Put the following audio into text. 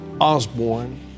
Osborne